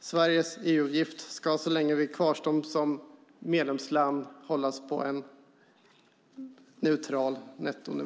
Sveriges EU-avgift ska så länge vi kvarstår som medlemsland minst hållas på en neutral nettonivå.